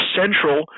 central